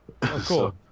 cool